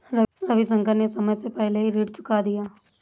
रविशंकर ने समय से पहले ही ऋण चुका दिया